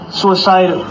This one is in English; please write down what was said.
suicide